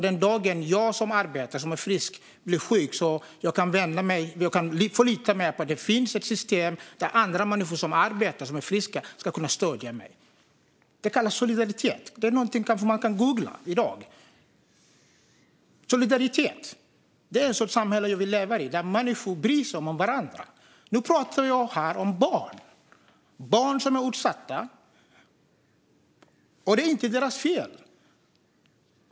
Den dagen jag som arbetar och nu är frisk blir sjuk kan jag förlita mig på att det finns ett system där andra människor som arbetar och är friska ska kunna stödja mig. Det kallas solidaritet. Det kanske är någonting ledamoten kan googla. Det är ett sådant samhälle som jag vill leva i, där människor bryr sig om varandra. Jag pratar om barn - barn som är utsatta. Det är inte deras fel.